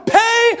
pay